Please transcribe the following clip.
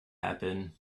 happen